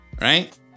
right